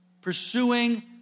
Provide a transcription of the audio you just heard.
pursuing